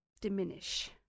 diminish